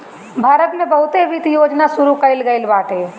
भारत में बहुते वित्त योजना शुरू कईल गईल बाटे